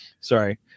sorry